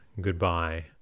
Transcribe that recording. goodbye